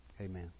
amen